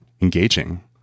engaging